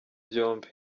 byombi